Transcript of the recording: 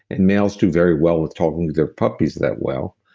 and males do very well with talking with their puppies that well,